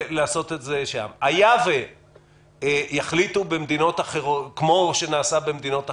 היה ויחליטו בישראל, כפי שנעשה במדינות אחרות,